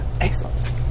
Excellent